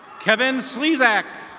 kevin zleecack.